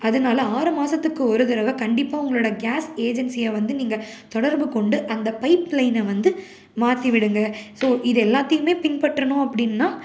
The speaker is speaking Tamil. அதனால் ஆறு மாதத்துக்கு ஒரு தடவை கண்டிப்பாக உங்களோடய கேஸ் ஏஜென்சியை வந்து நீங்கள் தொடர்பு கொண்டு அந்த பைப் லைனை வந்து மாற்றி விடுங்கள் ஸோ இதெல்லாத்தையுமே பின்பற்றணும் அப்படின்னா